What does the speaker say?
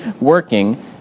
working